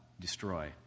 destroy